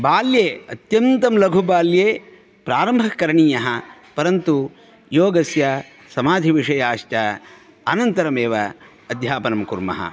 बाल्ये अत्यन्तं लघुबाल्ये प्रारम्भः करणीयः परन्तु योगस्य समाधिविषयाश्च अनन्तरमेव अध्यापनं कुर्मः